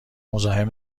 مزاحم